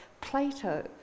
Plato